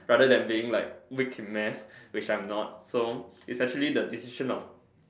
rather than being like weak in math which I'm not so it's actually the decision of